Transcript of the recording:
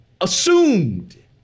assumed